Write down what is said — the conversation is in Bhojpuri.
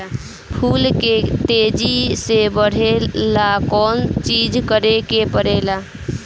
फूल के तेजी से बढ़े ला कौन चिज करे के परेला?